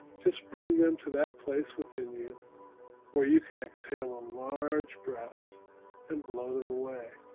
just bring them to that place within you where you can exhale a large breath and blow them away,